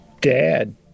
dad